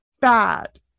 bad